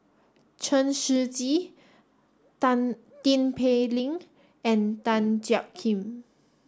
Chen Shiji Tan Tin Pei Ling and Tan Jiak Kim